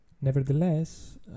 nevertheless